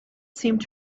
seemed